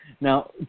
Now